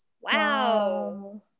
wow